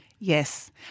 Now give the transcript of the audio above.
Yes